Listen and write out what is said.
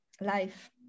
life